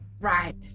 Right